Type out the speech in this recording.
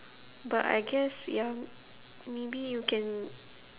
but I guess ya maybe you can